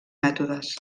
mètodes